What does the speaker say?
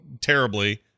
terribly